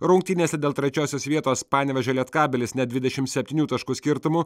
rungtynėse dėl trečiosios vietos panevėžio lietkabelis net dvidešimt septynių taškų skirtumu